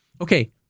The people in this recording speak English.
Okay